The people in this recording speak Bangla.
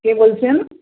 কে বলছেন